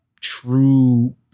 true